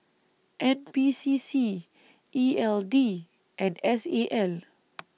N P C C E L D and S A L